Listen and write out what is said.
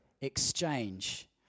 exchange